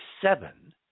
seven